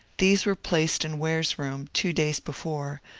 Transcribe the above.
these were placed in ware's room two days before,